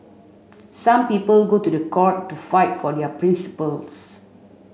some people go to the court to fight for their principles